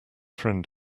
friend